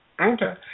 Okay